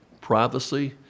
privacy